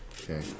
Okay